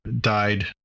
died